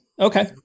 Okay